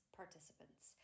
participants